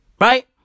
Right